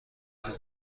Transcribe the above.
کنیم